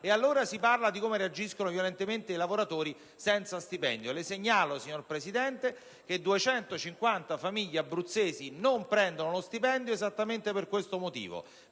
e allora si parlerà delle reazioni violente dei lavoratori senza stipendio. Le segnalo, signora Presidente, che 250 famiglie abruzzesi non prendono lo stipendio esattamente per questo motivo.